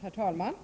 Herr talman!